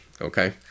Okay